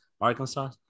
Arkansas